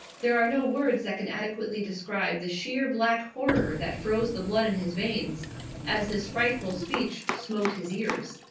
there are no words that can adequately describe the sheer, black horror that froze the blood in his veins as this frightful speech smote his ears.